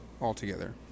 altogether